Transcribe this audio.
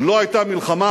לא היתה מלחמה,